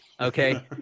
Okay